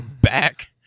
back